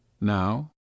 now